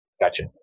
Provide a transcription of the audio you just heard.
Gotcha